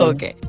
Okay